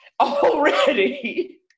already